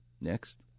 Next